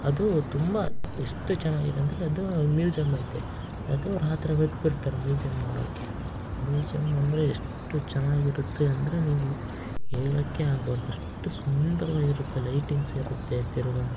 ಅದು ತುಂಬ ಎಷ್ಟು ಚೆನ್ನಾಗಿದೆ ಅಂದರೆ ಅದು ಮ್ಯೂಸ್ಯಂ ಐತೆ ಅದು ರಾತ್ರಿ ಹೊತ್ ಬಿಡ್ತಾರೆ ಮ್ಯೂಸ್ಯಂ ನೋಡೋಕ್ಕೆ ಮ್ಯೂಸಿಯಂ ಅಂದರೆ ಎಷ್ಟು ಚೆನ್ನಾಗಿರುತ್ತೆ ಅಂದರೆ ನೀವು ಹೇಳಕ್ಕೆ ಆಗಬಾರ್ದು ಅಷ್ಟು ಸುಂದರವಾಗಿರುತ್ತೆ ಲೈಟಿಂಗ್ಸ್ ಇರುತ್ತೆ ತಿರ್ಗಾ